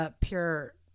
pure